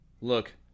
Look